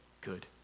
good